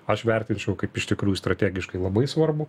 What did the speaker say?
aš vertinčiau kaip iš tikrųjų strategiškai labai svarbų